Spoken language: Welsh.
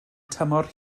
tymor